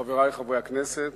חברי חברי הכנסת,